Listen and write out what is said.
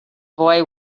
boy